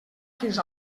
fins